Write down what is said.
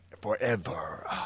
Forever